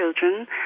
children